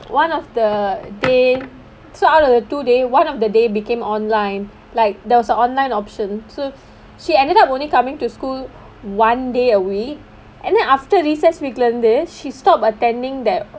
one of the day so out of the two day one of the day became online like there was a online option so she ended up only coming to school one day a week and then after recess week இருந்து:irunthu she stopped attending that